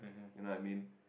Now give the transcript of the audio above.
you know what I mean